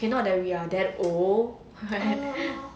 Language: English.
is not that we are that old right